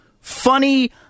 funny